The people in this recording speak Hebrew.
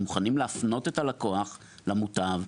אנחנו מוכנים להפנות את הלקוח למוטב,